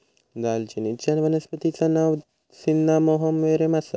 दालचिनीचच्या वनस्पतिचा नाव सिन्नामोमम वेरेम आसा